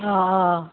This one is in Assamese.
অঁ অঁ